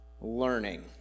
learning